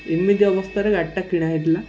ଏମିତି ଅବସ୍ଥାରେ ଗାଡ଼ିଟା କିଣାା ହେଇଥିଲା